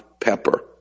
pepper